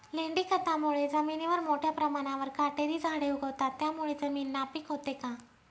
लेंडी खतामुळे जमिनीवर मोठ्या प्रमाणावर काटेरी झाडे उगवतात, त्यामुळे जमीन नापीक होते का?